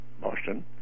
Boston